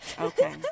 Okay